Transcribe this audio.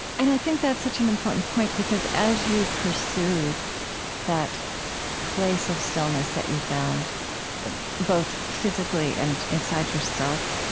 and i think that's such an important point because as you pursued that place of stillness that you found both physically and inside yourself,